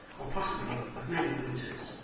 or possibly of many winters.